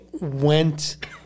went